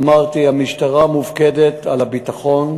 אמרתי, המשטרה מופקדת על הביטחון,